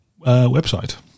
website